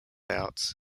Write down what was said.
out